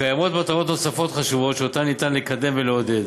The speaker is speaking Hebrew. קיימות מטרות נוספות חשובות שאותן ניתן לקדם ולעודד,